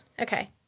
Okay